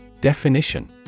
Definition